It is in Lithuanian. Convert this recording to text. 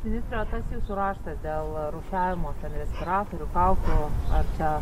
ministre o tas jūsų raštas dėl rūšiavimo ten respiratorių kaukių ar čia